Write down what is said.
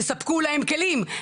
תספקו להם כלים,